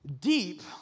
Deep